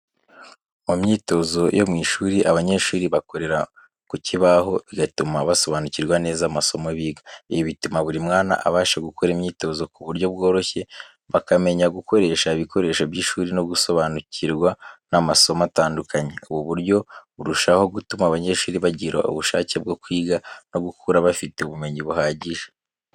Mu myitozo yo mu ishuri, abanyeshuri bakorera ku kibaho bigatuma basobanukirwa neza amasomo biga. Ibi bituma buri mwana abasha gukora imyitozo ku buryo bworoshye, bakamenya gukoresha ibikoresho by'ishuri no gusobanukirwa n’amasomo atandukanye. Ubu buryo burushaho gutuma abanyeshuri bagira ubushake bwo kwiga no gukura bafite ubumenyi buhagije.